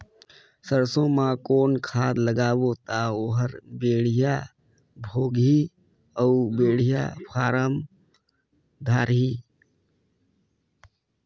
सरसो मा कौन खाद लगाबो ता ओहार बेडिया भोगही अउ बेडिया फारम धारही?